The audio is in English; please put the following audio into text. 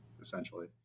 essentially